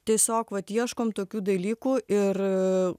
tiesiog vat ieškom tokių dalykų ir